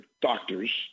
doctors